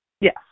Yes